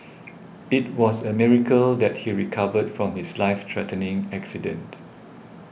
it was a miracle that he recovered from his life threatening accident